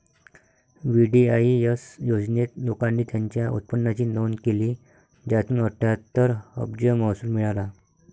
VDIS योजनेत, लोकांनी त्यांच्या उत्पन्नाची नोंद केली, ज्यातून अठ्ठ्याहत्तर अब्ज महसूल मिळाला